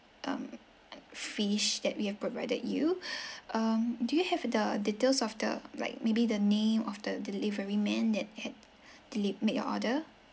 um fish that we have provided you um do you have the details of the like maybe the name of the delivery man that had deli~ made your order